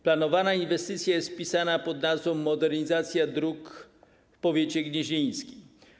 Planowana inwestycja jest wpisana pn. modernizacja dróg w powiecie gnieźnieńskim.